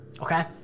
Okay